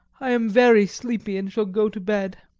i am very sleepy and shall go to bed.